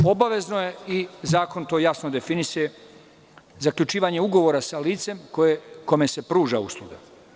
Obavezno je, i zakon to jasno definiše, zaključivanje ugovora sa licem kome se pruža usluga.